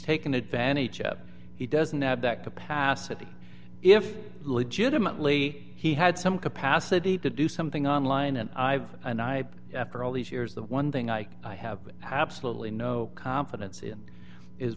taken advantage of he doesn't have that capacity if legitimately he had some capacity to do something online and i've and i after all these years the one thing i have absolutely no confidence in is